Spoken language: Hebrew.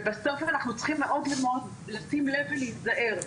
ובסוף אנחנו צריכים ללמוד לשים לב ולהיזהר,